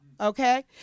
Okay